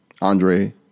Andre